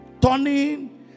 turning